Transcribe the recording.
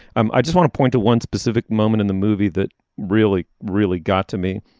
um i just want to point to one specific moment in the movie that really really got to me.